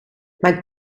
mijn